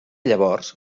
llavors